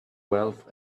wealth